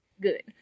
good